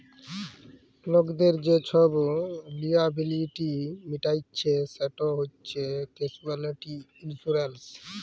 লকদের যে ছব লিয়াবিলিটি মিটাইচ্ছে সেট হছে ক্যাসুয়ালটি ইলসুরেলস